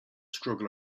struggle